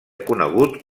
conegut